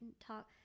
talk